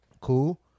cool